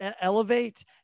elevate